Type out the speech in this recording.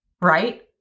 right